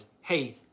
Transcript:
hey